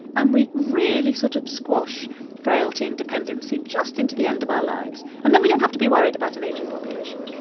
and we really sort of squash frailty and dependency just into the end of our lives, and then we don't have to be worried about an aging population